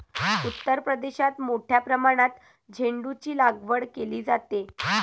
उत्तर प्रदेशात मोठ्या प्रमाणात झेंडूचीलागवड केली जाते